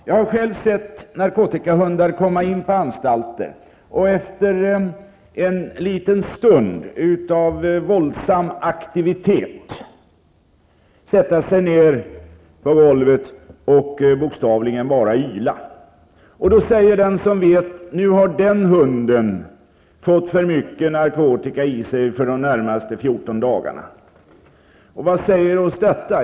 Jag har själv sett narkotikahundar komma in på anstalter och efter en liten stund av våldsam aktivitet sätta sig ned på golvet och bokstavligen bara yla. Då säger den som vet att den hunden har fått för mycket narkotika i sig för de närmaste 14 Vad säger oss detta?